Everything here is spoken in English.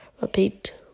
repeat